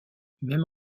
même